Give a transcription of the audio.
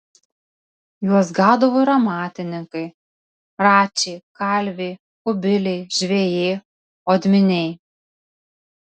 juos gaudavo ir amatininkai račiai kalviai kubiliai žvejai odminiai